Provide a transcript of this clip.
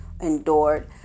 endured